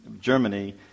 Germany